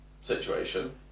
situation